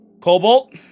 Cobalt